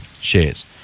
shares